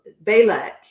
Balak